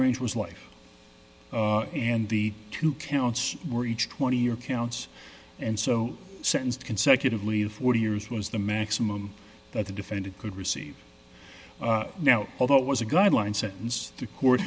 range was life and the two counts were each twenty year counts and so sentenced consecutively of forty years was the maximum that the defendant could receive now although it was a guideline sentence to court